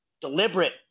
deliberate